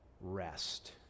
rest